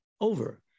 over